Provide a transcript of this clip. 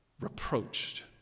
reproached